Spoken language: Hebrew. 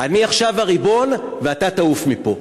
אני עכשיו הריבון, ואתה תעוף מפה,